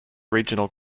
regional